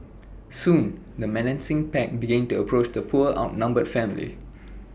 soon the menacing pack began to approach the poor outnumbered family